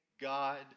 God